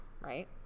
right